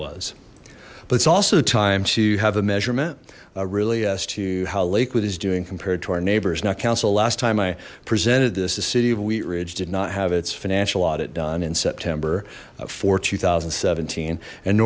was but it's also time to have a measurement really as to how lakewood is doing compared to our neighbors now council last time i presented this the city of wheatridge did not have its financial audit done in september for two thousand and seventeen and